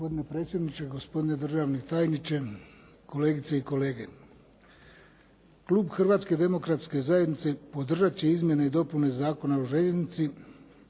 Hrvatske demokratske zajednice podržat će se izmjene i dopune Zakona o željeznici.